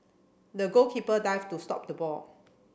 the goalkeeper dived to stop the ball